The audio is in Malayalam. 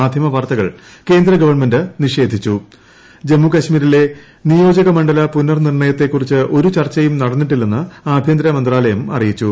മാന്യമ വാർത്തകൾ കേന്ദ്ര ഗവൺമെന്റ് ജമ്മുകാശ്മീരിലെ നിയോജകമണ്ഡല പുനർനിർണയത്തെ കുറിച്ച് ചർച്ചയും നടന്നിട്ടില്ലെന്ന് ആഭ്യന്തരമന്ത്രാലയം അറിയിച്ചു